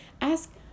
ask